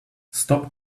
stop